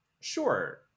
sure